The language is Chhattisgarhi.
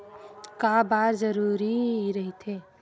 का बार जरूरी रहि थे?